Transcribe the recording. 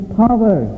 power